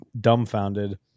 dumbfounded